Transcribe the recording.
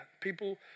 People